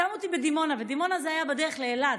שמו אותי בדימונה, ודימונה זה היה בדרך לאילת.